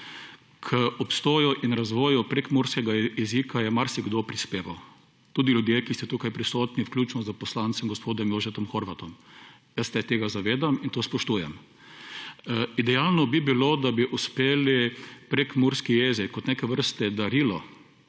K obstoju in razvoju prekmurskega je marsikdo prispeval, tudi ljudje, ki ste tukaj prisotni, vključno s poslancem gospodom Jožetom Horvatom. Jaz se tega zavedam in to spoštujem. Idealno bi bilo, da bi uspeli prekmurski jezik kot neke vrste darilo